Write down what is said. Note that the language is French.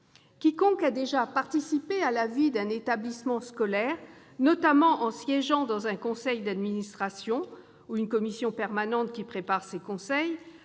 Quiconque a déjà participé à la vie d'un établissement scolaire, notamment en siégeant dans un conseil d'administration ou dans une commission permanente préparant ces conseils,